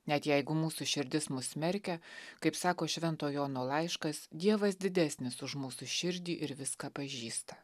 net jeigu mūsų širdis mus smerkia kaip sako švento jono laiškas dievas didesnis už mūsų širdį ir viską pažįsta